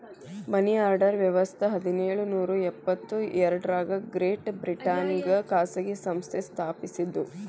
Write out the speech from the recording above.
ಮನಿ order ವ್ಯವಸ್ಥ ಹದಿನೇಳು ನೂರ ಎಪ್ಪತ್ ಎರಡರಾಗ ಗ್ರೇಟ್ ಬ್ರಿಟನ್ನ್ಯಾಗ ಖಾಸಗಿ ಸಂಸ್ಥೆ ಸ್ಥಾಪಸಿದ್ದು